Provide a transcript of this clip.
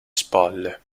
spalle